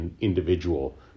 individual